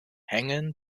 hängen